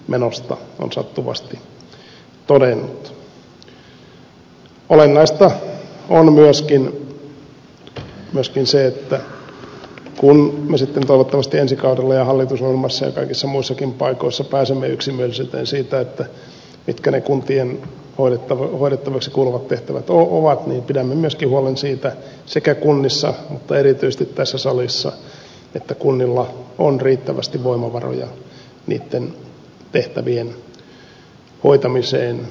olennaista on myöskin se että kun me sitten toivottavasti ensi kaudella ja hallitusohjelmassa ja kaikissa muissakin paikoissa pääsemme yksimielisyyteen siitä mitkä ne kuntien hoidettaviksi kuuluvat tehtävät ovat niin pidämme myöskin huolen siitä sekä kunnissa että erityisesti tässä salissa että kunnilla on riittävästi voimavaroja niitten tehtävien hoitamiseen muuten ei tule mitään